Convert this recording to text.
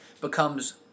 becomes